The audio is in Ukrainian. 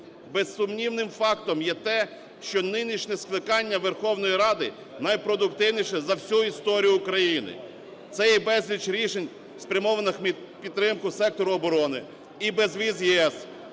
Безсумнівним фактом є те, що нинішнє скликання Верховної Ради – найпродуктивніше за всю історію України. Це і безліч рішень, спрямованих на підтримку сектору оборони, і безвіз з